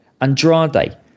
Andrade